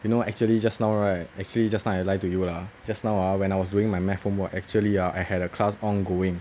you know actually just now right actually just now I lie to you lah just now ah when I was doing my math homework actually ah I had a class ongoing